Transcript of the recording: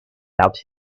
doubt